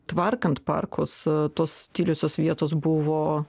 tvarkant parkus tos tyliosios vietos buvo